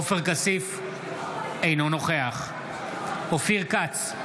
אינו נוכח אופיר כץ,